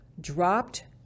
dropped